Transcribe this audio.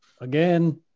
Again